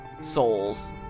souls